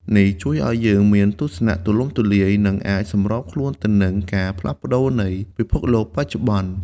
នេះជួយឱ្យយើងមានទស្សនៈទូលំទូលាយ និងអាចសម្របខ្លួនទៅនឹងការផ្លាស់ប្តូរនៃពិភពលោកបច្ចុប្បន្ន។